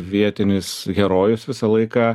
vietinis herojus visą laiką